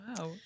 Wow